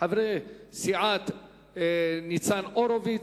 הצעות חברי הכנסת ניצן הורוביץ,